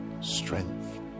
Strength